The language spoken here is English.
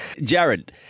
Jared